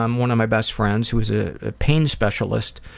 um one of my best friends, who is a pain specialist,